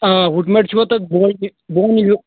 آ بُٹمرِ چھُوا تُہۍ بونہِ بونہِ یہِ